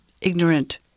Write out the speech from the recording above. ignorant